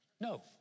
No